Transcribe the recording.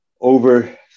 over